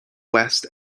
west